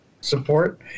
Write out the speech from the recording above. support